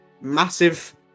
massive